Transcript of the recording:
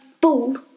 ball